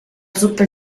zuppe